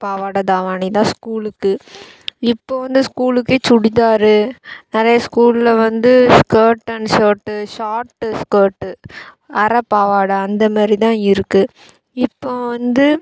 பாவாடை தாவாணி தான் ஸ்கூலுக்கு இப்போ வந்து ஸ்கூலுக்கே சுடிதாரு நிறைய ஸ்கூலில் வந்து skirt and shirt short skirt அரை பாவாடை அந்தமாரி தான் இருக்குது இப்போ வந்து